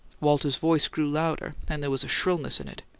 walter's voice grew louder, and there was a shrillness in it.